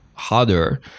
harder